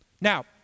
Now